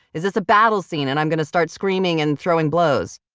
is this a battle scene, and i'm going to start screaming, and throwing blows?